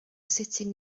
sitting